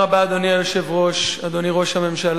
אדוני היושב-ראש, תודה רבה, אדוני ראש הממשלה,